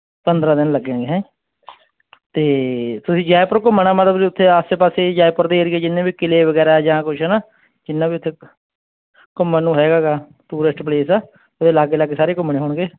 ਪੰਦਰਾਂ ਦਿਨ ਲੱਗਣਗੇ ਹੈਂ ਤੇ ਤੁਸੀਂ ਜੈਪੁਰ ਘੁੰਮਣਾ ਮਤਲਵ ਤੁਸੀਂ ਉੱਤੇ ਆਸੇ ਪਾਸੇ ਜੈਪੁਰ ਦੇ ਏਰੀਏ ਜਿੰਨੇ ਵੀ ਕਿਲ੍ਹੇ ਵਗੈਰਾ ਜਾਂ ਕੁਛ ਹੈ ਨਾ ਜਿੰਨਾ ਵੀ ਉੱਥੇ ਘੁੰਮਣ ਨੂੰ ਹੈਗਾ ਗਾ ਟੂਰਿਸਟ ਪਲੇਸ ਉਹਦੇ ਲਾਗੇ ਲਾਗੇ ਸਾਰੇ ਘੁੰਮਣੇ ਹੋਣਗੇ